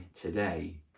today